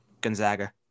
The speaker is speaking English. Gonzaga